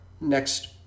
next